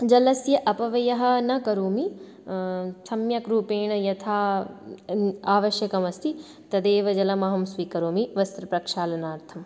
जलस्य अपव्ययः न करोमि सम्यक् रूपेण यथा आवश्यकमस्ति तदेव जलम् अहं स्वीकरोमि वस्त्र प्रक्षालनार्थम्